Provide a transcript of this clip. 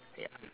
ya